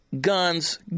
guns